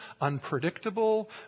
unpredictable